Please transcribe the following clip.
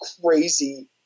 crazy